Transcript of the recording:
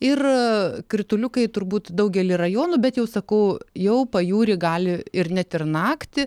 ir krituliukai turbūt daugely rajonų bet jau sakau jau pajūry gali ir net ir naktį